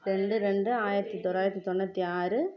ரெண்டு ரெண்டு ஆயிரத்தி தொள்ளாயிரத்தி தொண்ணூற்றி ஆறு